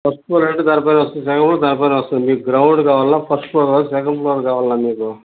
first ఫ్లోరంటే దాని పైనొస్తుంది సెకండు దాని పైనొస్తుంది మీకు గ్రౌండ్ కావాల్నా ఫస్ట్ ఫ్లోర్ కావాలా సెకండ్ ఫ్లోర్ కావాల్నా మీకు